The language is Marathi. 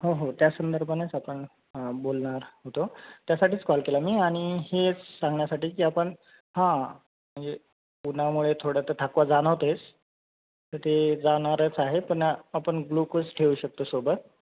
हो हो त्या संदर्भानेच आपण बोलणार होतो त्यासाठीच कॉल केला मी आणि हेच सांगण्यासाठी की आपण हां म्हणजे उन्हामुळे थोडं तर थकवा जाणवतच तर ते जाणारच आहे पण आपण ग्लुकोज ठेवू शकतो सोबत